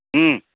ꯎꯝ